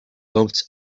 comes